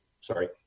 sorry